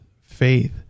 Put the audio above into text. faith